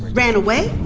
ran away?